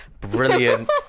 brilliant